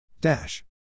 Dash